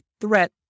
threat